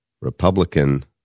Republican